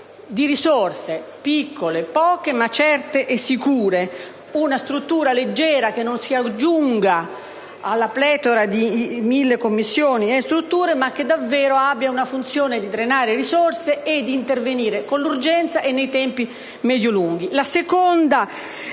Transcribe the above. di risorse, poche ma certe, e di una struttura leggera, che non si aggiunga alla pletora di commissioni e organismi, ma che davvero abbia la funzione di drenare risorse e di intervenire con urgenza e nei tempi medio-lunghi.